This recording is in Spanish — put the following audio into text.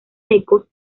secos